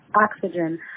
Oxygen